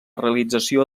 realització